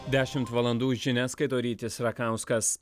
dešimt valandų žinias skaito rytis rakauskas